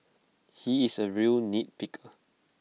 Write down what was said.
he is A real nitpicker